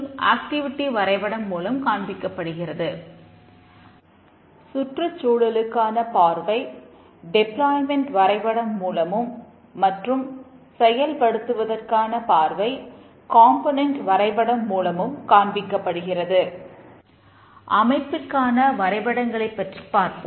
அமைப்பிற்கான வரைபடங்களைப் பற்றிப் பார்ப்போம்